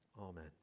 amen